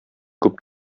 күп